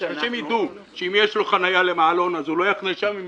שאנשים יידעו שאם יש לו חניה למעלון הוא לא יחנה שם,